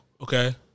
Okay